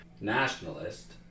nationalist